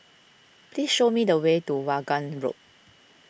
please show me the way to Vaughan Road